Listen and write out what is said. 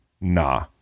Nah